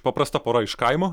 paprasta pora iš kaimo